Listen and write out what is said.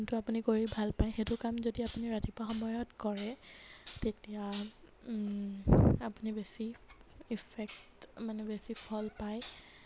যিটো আপুনি কৰি ভাল পায় সেইটো কাম যদি আপুনি ৰাতিপুৱা সময়ত কৰে তেতিয়া আপুনি বেছি ইফেক্ট মানে ফল পায়